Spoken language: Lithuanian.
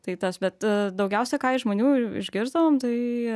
tai tas bet daugiausiai ką iš žmonių išgirsdavom tai